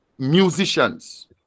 musicians